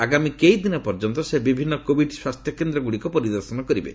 ଆଗାମୀ କେଇଦିନ ପର୍ଯ୍ୟନ୍ତ ସେ ବିଭିନ୍ନ କୋଭିଡ ସ୍ୱାସ୍କ୍ୟକେନ୍ଦ୍ର ଗୁଡ଼ିକ ପରିଦର୍ଶନ କରିବେ